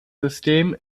system